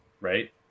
Right